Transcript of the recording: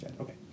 Okay